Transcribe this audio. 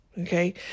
Okay